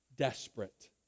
desperate